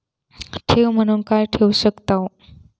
ठेव म्हणून काय ठेवू शकताव?